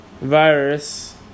virus